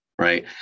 Right